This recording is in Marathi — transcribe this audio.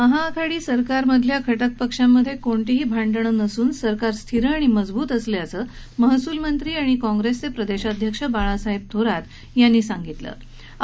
महाआघाडी सरकारमधल्या घटक पक्षात कुठलीही भांडणं नसून सरकार स्थिर आणि मजबूत असल्याचं महसूलमंत्री आणि काँग्रेसचे प्रदेशाध्यक्ष बाळासाहेब थोरात यांनी म्हटलं आहे